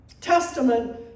testament